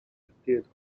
appeared